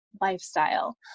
lifestyle